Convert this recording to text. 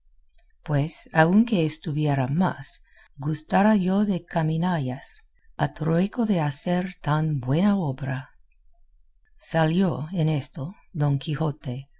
aquí pues aunque estuviera más gustara yo de caminallas a trueco de hacer tan buena obra salió en esto don quijote